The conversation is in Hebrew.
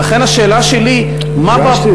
ולכן השאלה שלי, פגשתי אותם.